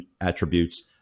attributes